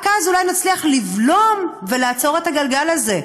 רק אז אולי נצליח לבלום ולעצור את הגלגל הזה.